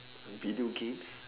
video games